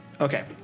Okay